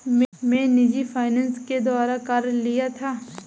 मैं निजी फ़ाइनेंस के द्वारा कार लिया था